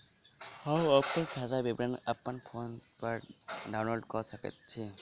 हम अप्पन खाताक विवरण अप्पन फोन पर डाउनलोड कऽ सकैत छी?